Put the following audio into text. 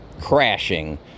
crashing